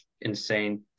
insane